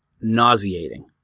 nauseating